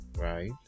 right